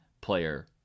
player